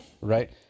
Right